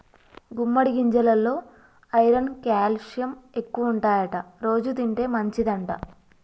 గుమ్మడి గింజెలల్లో iron calcium ఎక్కువుంటాయట రోజు తింటే మంచిదంట